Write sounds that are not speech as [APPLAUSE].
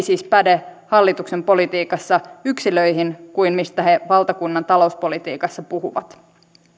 [UNINTELLIGIBLE] siis päde hallituksen politiikassa yksilöihin kuin mistä he valtakunnan talouspolitiikassa puhuvat